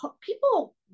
people